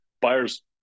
buyer's